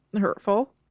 hurtful